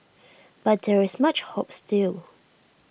but there is much hope still